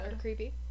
creepy